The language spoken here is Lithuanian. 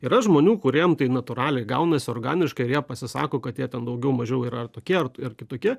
yra žmonių kuriem tai natūraliai gaunasi organiškai ir jie pasisako kad jie ten daugiau mažiau yra tokie ar kitokie